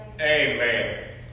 Amen